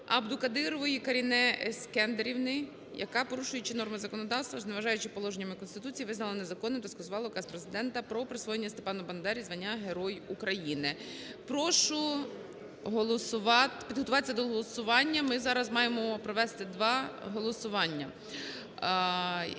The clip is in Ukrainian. Абдукадирової Каріне Ескендерівни, яка, порушуючи норми законодавства, зневажаючи положеннями Конституції України, визнала незаконним та скасувала Указ Президента "Про присвоєння Степану Бандері звання Герой України". Прошу підготуватися до голосування. Ми зараз маємо провести два голосування.